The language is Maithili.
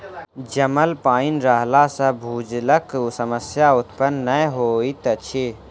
जमल पाइन रहला सॅ भूजलक समस्या उत्पन्न नै होइत अछि